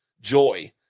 joy